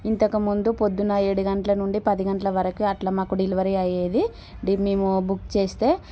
ఇంతకు ముందు ప్రొద్దున ఏడు గంటల నుండి పది గంటల వరకే అట్ల మాకు డెలివరీ అయ్యేది ఇది మేము బుక్ చేస్తే